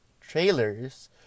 trailers